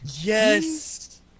Yes